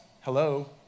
hello